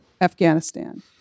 Afghanistan